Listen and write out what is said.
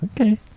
Okay